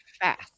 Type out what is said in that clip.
fast